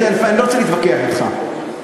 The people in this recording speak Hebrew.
אני לא רוצה להתווכח אתך.